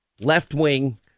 left-wing